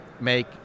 make